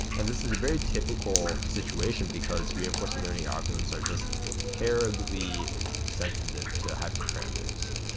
and this is a very typical situation, because reinforcement learning algorithms are just terribly sensitive to hyperparameters.